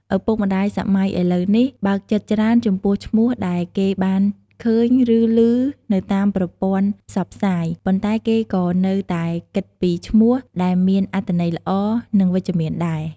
ឪពុកម្ដាយសម័យឥឡូវនេះ បើកចិត្តច្រើនចំពោះឈ្មោះដែលគេបានឃើញ ឬ ឮនៅតាមប្រព័ន្ធផ្សព្វផ្សាយ ប៉ុន្តែគេក៏នៅតែគិតពីឈ្មោះដែលមានអត្ថន័យល្អ និងវិជ្ជមានដែរ។